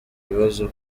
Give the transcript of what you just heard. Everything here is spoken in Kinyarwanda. bibazo